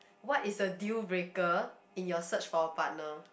what is a deal breaker in your search for your partner